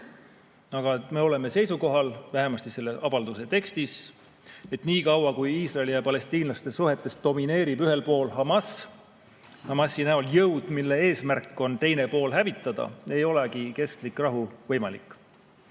Aga me oleme seisukohal – vähemasti selle avalduse tekstis –, et nii kaua, kui Iisraeli ja palestiinlaste suhetes domineerib Hamasi näol jõud, mille eesmärk on teine pool hävitada, ei ole kestlik rahu võimalik.